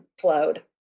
flowed